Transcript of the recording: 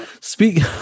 Speak